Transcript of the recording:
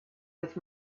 with